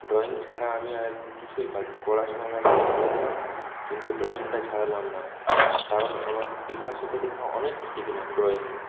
drawing ছাড়া আমি আর এখন কিছুই পারি না পড়াশুনা লাস্টে ছেড়ে দিলাম কিন্তু ড্রয়িঙটা ছাড়লাম না কারণ আমার পিকাসো দেখে অনেক কিছু শিখলাম ড্রয়িঙের